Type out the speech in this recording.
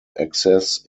access